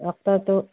ডক্তৰটো